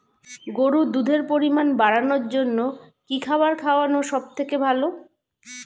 গরুর দুধের পরিমাণ বাড়ানোর জন্য কি খাবার খাওয়ানো সবথেকে ভালো?